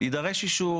יידרש אישור.